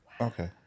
Okay